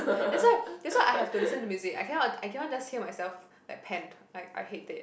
that's why that's why I have to listen to music I cannot I cannot just hear myself like pant like I hate it